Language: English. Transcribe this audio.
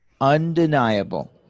undeniable